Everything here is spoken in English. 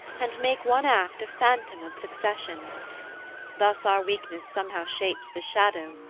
and make one act a phantom of succession thus our weakness somehow shapes the shadow,